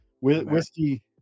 Whiskey